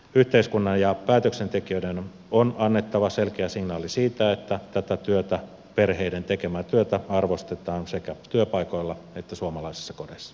yhteiskunnan ja päätöksentekijöiden on annettava selkeä signaali siitä että tätä perheiden tekemää työtä arvostetaan sekä työpaikoilla että suomalaisissa kodeissa